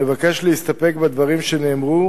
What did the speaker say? נבקש להסתפק בדברים שנאמרו